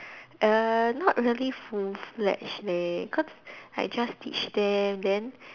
err not really full fledged leh cause I just teach them then